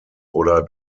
oder